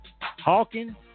Hawking